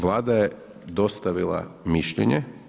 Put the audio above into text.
Vlada je dostavila mišljenje.